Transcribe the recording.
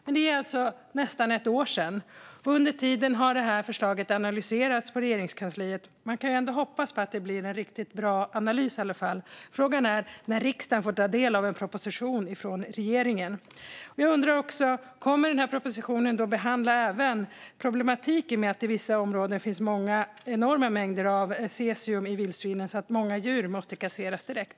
Men det är alltså nästan ett år sedan, och under tiden har det här förslaget analyserats på Regeringskansliet. Man kan ändå hoppas på att det blir en riktigt bra analys i alla fall. Frågan är när riksdagen får ta del av en proposition från regeringen. Jag undrar också: Kommer propositionen att behandla även problematiken med att det i vissa områden finns enorma mängder cesium i vildsvinen, så att många djur måste kasseras direkt?